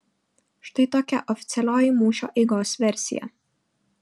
štai tokia oficialioji mūšio eigos versija